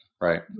Right